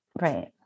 Right